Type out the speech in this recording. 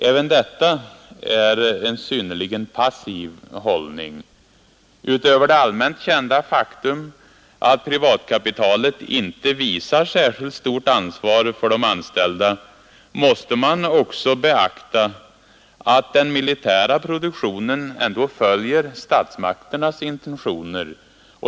Även detta är en synnerligen passiv hållning. Utöver det allmänt kända faktum att privatkapitalet inte visar särskilt stort ansvar för de anställda måste man också beakta, att den militära produktionen följer statsmakternas intentioner.